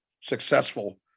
successful